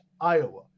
Iowa